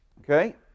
Okay